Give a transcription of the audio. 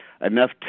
enough